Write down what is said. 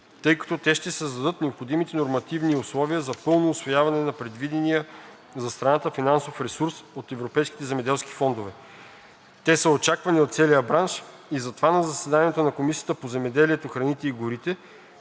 тъй като те ще създадат необходимите нормативни условия за пълно усвояване на предвидения за страната финансов ресурс от европейските земеделски фондове. Те са очаквани от целия бранш и затова на заседанието на Комисията по земеделието, храните и горите